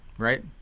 right?